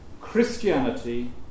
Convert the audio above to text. Christianity